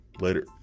Later